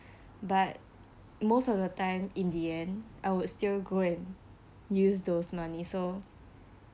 but most of the time in the end I would still go and use those money so